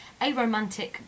aromantic